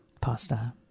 pasta